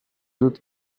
autres